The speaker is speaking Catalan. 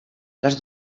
les